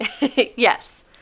yes